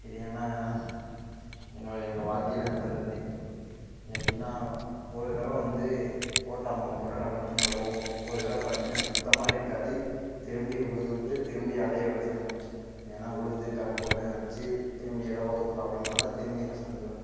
இது ஏன்னா என்னோடய எங்கள் வாழ்க்கையில நடந்தது எப்படினா ஒரு தடவை வந்து போட்ட அமௌண்டோடய டபுள் மடங்கு வருவோம் ஒரு தடவை பார்த்திங்கன்னா சுத்தமாக இருக்காது திரும்புடி உழுதுவுட்டு திரும்புடி அதே விவசாயம் பண் ஏன்னா உழுது கரை போட்டு நச்சு திரும்பிடி எதாவது ஒரு ப்ராப்ளம்னால திரும்பிடி ஃபஸ்ட்ல இருந்து வரும்